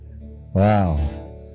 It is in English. Wow